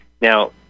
Now